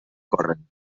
corren